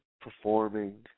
performing